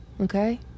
okay